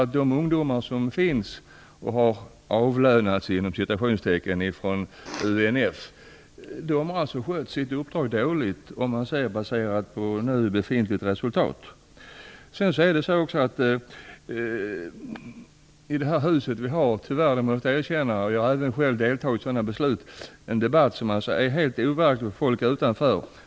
Men de ungdomar som finns och som "avlönats" av UNF har skött sitt uppdrag dåligt; detta baserat på nu befintligt resultat. I det här huset har vi tyvärr en debatt - jag måste erkänna att också jag medverkat till beslut där - som är helt overklig för folk utanför.